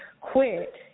quit